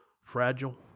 fragile